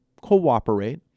cooperate